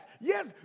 yes